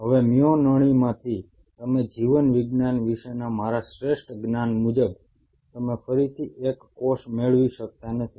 હવે મ્યો નળીમાંથી તમે જીવવિજ્ઞાન વિશેના મારા શ્રેષ્ઠ જ્ઞાન મુજબ તમે ફરીથી એક કોષ મેળવી શકતા નથી